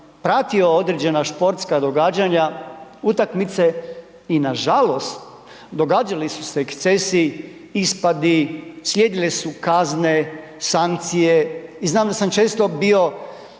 pratio određena športska događanja utakmice i nažalost događali su se ekscesi, ispadi, slijedile su kazne, sankcije i znam da sam često bio